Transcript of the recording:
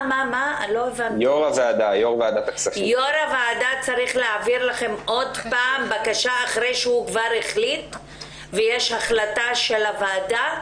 יו"ר הוועדה צריך להעביר לכם שוב בקשה אחרי שיש החלטה של הוועדה?